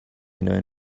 known